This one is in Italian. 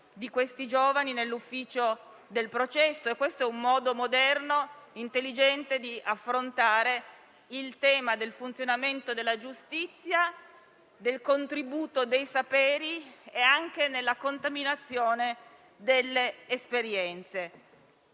di questi giovani nell'ufficio per il processo e questo è un modo moderno e intelligente di affrontare il tema del funzionamento della giustizia, del contributo dei saperi e anche della contaminazione delle esperienze.